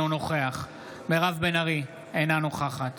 נוכח מירב בן ארי, אינה נוכחת